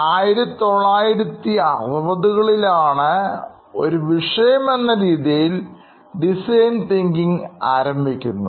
1960 കളിലാണ് ഒരു വിഷയം എന്ന രീതിയിൽ ഡിസൈൻ തിങ്കിങ് ആരംഭിക്കുന്നത്